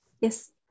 yes